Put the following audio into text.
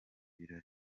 birori